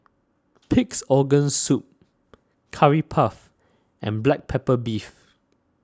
Pig's Organ Soup Curry Puff and Black Pepper Beef